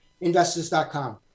investors.com